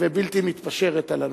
ובלתי מתפשרת על הנושא.